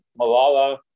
Malala